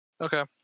Okay